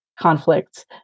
conflicts